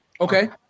Okay